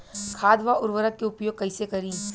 खाद व उर्वरक के उपयोग कइसे करी?